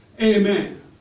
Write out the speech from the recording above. Amen